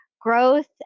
growth